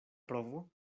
provo